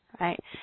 right